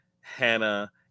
Hannah